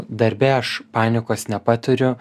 darbe aš panikos nepatiriu